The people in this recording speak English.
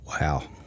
Wow